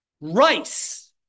Rice